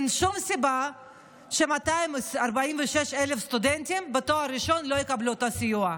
אין שום סיבה ש-246,000 סטודנטים בתואר ראשון לא יקבלו אותו סיוע.